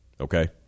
Okay